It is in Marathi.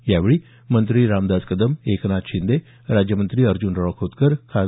यावेळी मंत्री रामदास कदम एकनाथ शिंदे राज्यमंत्री अर्जूनराव खोतकर खा